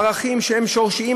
ערכים שהם שורשיים,